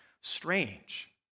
strange